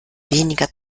weniger